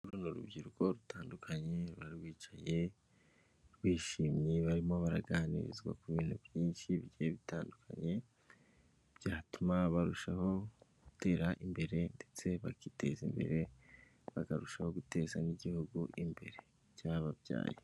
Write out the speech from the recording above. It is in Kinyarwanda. Uru n'urubyiruko rutandukanye ruba rwicaye rwishimye, barimo baraganirizwa ku bintu byinshi bigiye bitandukanye, byatuma barushaho gutera imbere ndetse bakiteza imbere, bakarushaho no guteza n'igihugu imbere cyababyaye.